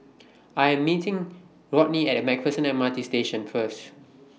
I Am meeting Rodney At MacPherson M R T Station First